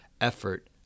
effort